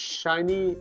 shiny